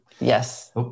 Yes